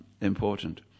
important